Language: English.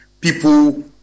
People